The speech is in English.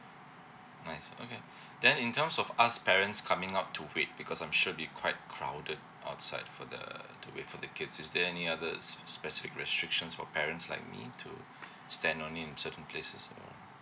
nice okay then in terms of us parents coming up to wait because I'm sure it'll be quite crowded outside for the the wait for the kids is there any other sp~ specific restrictions for parents like me to stand on in certain places or